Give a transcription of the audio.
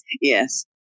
Yes